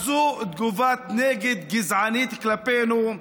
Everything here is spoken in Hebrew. אז זו תגובת נגד גזענית כלפינו.